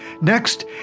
Next